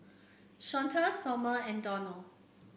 Shawnte Sommer and Donald